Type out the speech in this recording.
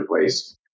place